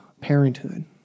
parenthood